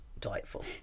delightful